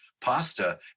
pasta